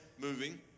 moving